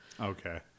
Okay